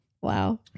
Wow